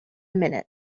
minute